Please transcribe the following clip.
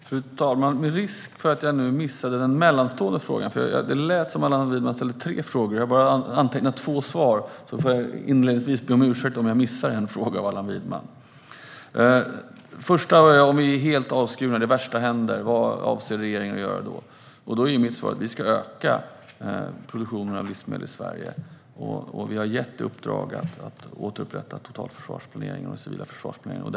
Fru talman! Det är risk att jag missar en fråga. Det lät som att Allan Widman ställde tre frågor, och jag har bara antecknat två svar. Jag får därför inledningsvis be om ursäkt om jag missar en fråga av Allan Widman. Första frågan är: Vad avser regeringen att göra om vi är helt avskurna och det värsta händer? Då är mitt svar att vi ska öka produktionen av livsmedel i Sverige. Och vi har gett uppdrag om att återupprätta totalförsvarsplaneringen och den civila försvarsplaneringen.